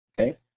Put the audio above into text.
Okay